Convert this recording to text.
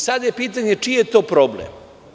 Sada je pitanje čiji je to problem?